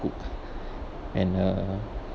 cook and uh